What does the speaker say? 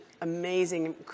amazing